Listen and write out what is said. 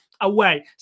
away